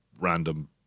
random